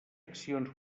accions